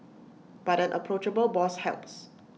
but an approachable boss helps